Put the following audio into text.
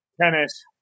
tennis